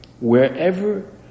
wherever